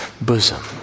bosom